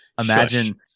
Imagine